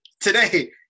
today